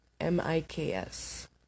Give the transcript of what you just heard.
M-I-K-S